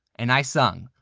and i sung.